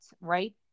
right